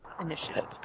Initiative